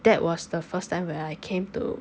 that was the first time where I came to